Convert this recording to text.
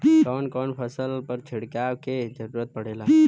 कवन कवन फसल पर छिड़काव के जरूरत पड़ेला?